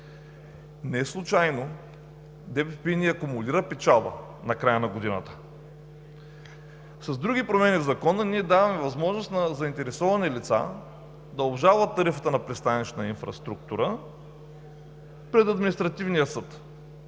инфраструктура” не акумулира печалба накрая на годината. С други промени в Закона ние даваме възможност на заинтересовани лица да обжалват тарифата на „Пристанищна инфраструктура“ пред административния съд.